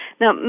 Now